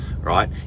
right